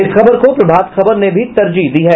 इस खबर को प्रभात खबर ने भी तरजीह दी है